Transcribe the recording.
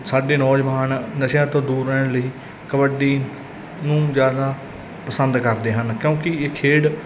ਸਾਡੇ ਨੌਜਵਾਨ ਨਸ਼ਿਆਂ ਤੋਂ ਦੂਰ ਰਹਿਣ ਲਈ ਕਬੱਡੀ ਨੂੰ ਜ਼ਿਆਦਾ ਪਸੰਦ ਕਰਦੇ ਹਨ ਕਿਉਂਕਿ ਇਹ ਖੇਡ